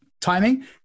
timing